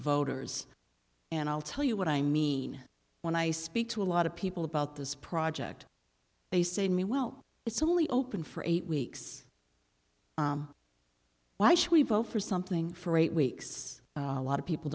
voters and i'll tell you what i mean when i speak to a lot of people about this project they say to me well it's only open for eight weeks why should we vote for something for eight weeks lot of people